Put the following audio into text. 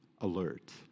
alert